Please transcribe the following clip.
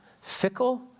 fickle